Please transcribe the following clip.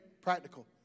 Practical